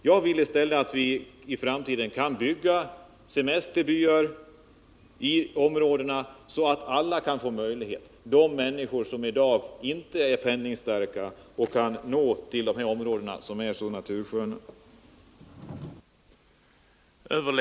Jag vill i stället att vi i framtiden skall bygga semesterbyar i dessa områden, så att även de människor som i dag inte är penningstarka skall kunna nå dessa natursköna områden.